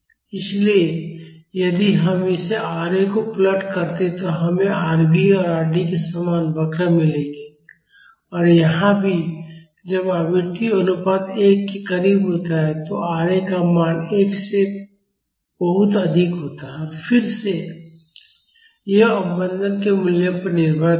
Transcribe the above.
इसलिए यदि हम इस Ra को प्लॉट करते हैं तो हमें Rv और Rd के समान वक्र मिलेंगे और यहां भी जब आवृत्ति अनुपात 1 के करीब होता है तो Ra का मान 1 से बहुत अधिक होता है और फिर से यह अवमंदन के मूल्य पर निर्भर करेगा